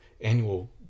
annual